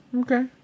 okay